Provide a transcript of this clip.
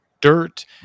dirt